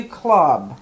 club